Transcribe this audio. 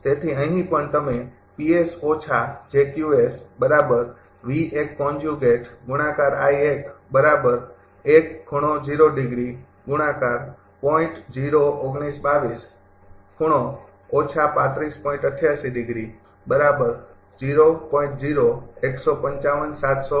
તેથી અહીં પણ તમે લખી રહ્યાં છો